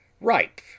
ripe